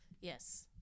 Yes